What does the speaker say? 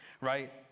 right